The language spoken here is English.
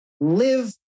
live